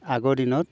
আগৰ দিনত